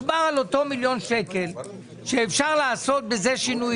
מדובר על אותו מיליון שקל שאפשר בתוכו לעשות שינויים.